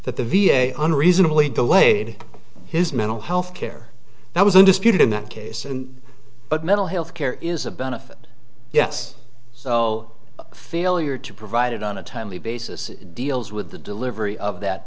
that the v a unreasonably delayed his mental health care that was undisputed in that case and but mental health care is a benefit yes so failure to provide it on a timely basis deals with the delivery of that